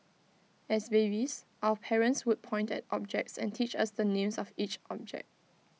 as babies our parents would point at objects and teach us the names of each object